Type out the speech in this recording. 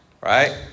Right